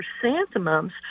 Chrysanthemums